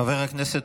חבר הכנסת